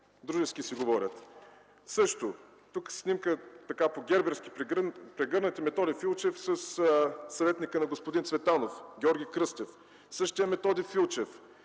дружески си говорят. Тук има снимка по герберски прегърнати Методи Филчев със съветника на господин Цветанов – Георги Кръстев. Същият Методи Филчев